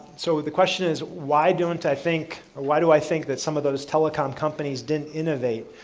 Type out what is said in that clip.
so, the question is why don't i think or why do i think that some of those telecom companies didn't innovate?